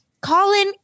Colin